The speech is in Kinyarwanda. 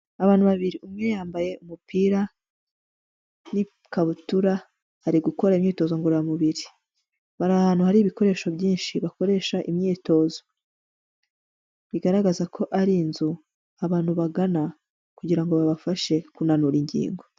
Abantu babiri, umwe yambaye umupira n'ikabutura ari gukora imyitozo ngororamubiri, bari ahantu hari ibikoresho byinshi bakoresha imyitozo, bigaragaza ko ari inzu abantu bagana kugira ngo babafashe kunanura ingingo.